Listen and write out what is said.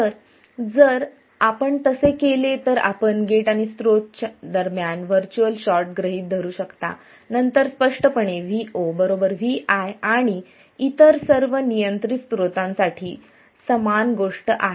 तर जर आपण तसे केले तर आपण गेट आणि स्त्रोत दरम्यान व्हर्च्युअल शॉर्ट गृहीत धरू शकता नंतर स्पष्टपणे Vo Vi आणि इतर सर्व नियंत्रित स्त्रोतांसाठी समान गोष्ट आहे